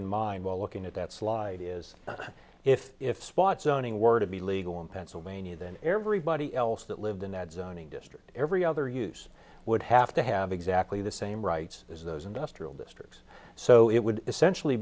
in mind while looking at that slide is if if spot zoning work to be legal in pennsylvania then everybody else that lived in that zoning district every other use would have to have exactly the same rights as those industrial districts so it would essentially